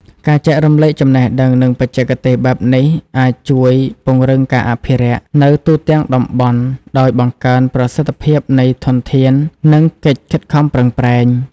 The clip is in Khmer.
ការចែករំលែកចំណេះដឹង និងបច្ចេកទេសបែបនេះអាចជួយ ពង្រឹងការអភិរក្ស នៅទូទាំងតំបន់ ដោយបង្កើនប្រសិទ្ធភាពនៃធនធាន និងកិច្ចខិតខំប្រឹងប្រែង។